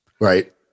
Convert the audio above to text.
Right